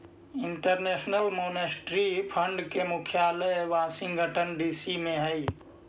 international monetary fund के मुख्यालय Washington DC में हई